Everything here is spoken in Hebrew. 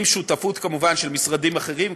עם שותפות כמובן של משרדים אחרים,